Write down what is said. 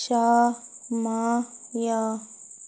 ସମୟ